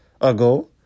ago